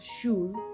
shoes